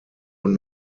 und